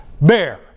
Bear